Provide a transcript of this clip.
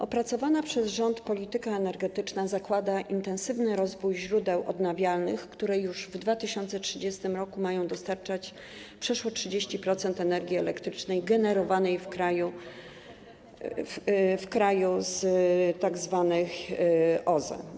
Opracowana przez rząd polityka energetyczna zakłada intensywny rozwój źródeł odnawialnych, które już w 2030 r. mają dostarczać przeszło 30% energii elektrycznej generowanej w kraju z tzw. OZE.